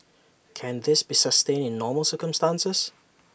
can this be sustained in normal circumstances